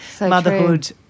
motherhood